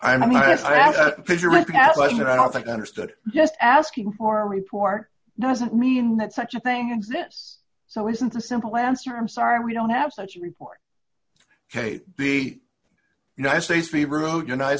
that i don't think i understood just asking for a report doesn't mean that such a thing exists so isn't a simple answer i'm sorry we don't have such a report ok the united states be rude united